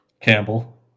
Campbell